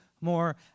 more